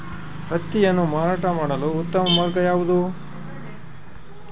ಹತ್ತಿಯನ್ನು ಮಾರಾಟ ಮಾಡಲು ಉತ್ತಮ ಮಾರ್ಗ ಯಾವುದು?